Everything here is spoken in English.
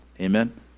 Amen